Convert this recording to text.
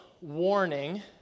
warning